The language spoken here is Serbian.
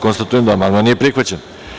Konstatujem da amandman nije prihvaćen.